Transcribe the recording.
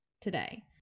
today